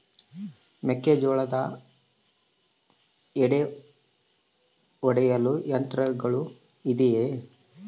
ಮೆಕ್ಕೆಜೋಳದ ಎಡೆ ಒಡೆಯಲು ಯಂತ್ರಗಳು ಇದೆಯೆ?